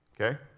okay